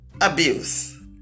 abuse